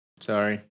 Sorry